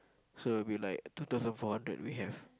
so it will be like two thousand four hundred we have